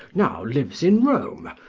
now lives in rome,